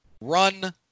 run